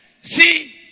See